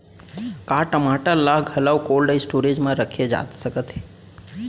का टमाटर ला घलव कोल्ड स्टोरेज मा रखे जाथे सकत हे?